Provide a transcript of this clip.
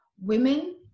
women